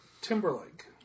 Timberlake